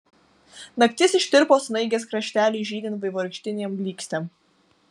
naktis ištirpo snaigės krašteliui žydint vaivorykštinėm blykstėm